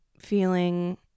feeling